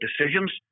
decisions